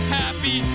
happy